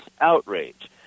outrage